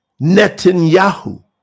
Netanyahu